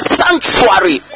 sanctuary